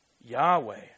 Yahweh